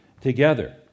together